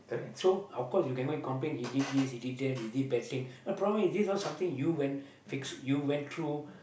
so of course you cannot complain he did this he did that he did bad thing the problem is this one something you went you fixed you went through